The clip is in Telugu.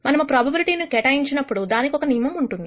మనము ప్రోబబిలిటీ ను కేటాయించినప్పుడు దానికి ఒక నియమం ఉంటుంది